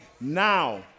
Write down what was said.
Now